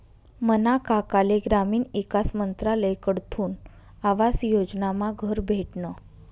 मना काकाले ग्रामीण ईकास मंत्रालयकडथून आवास योजनामा घर भेटनं